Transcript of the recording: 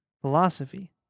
philosophy